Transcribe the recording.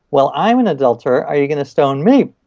well, i'm an adulterer. are you going to stone me?